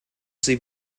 sie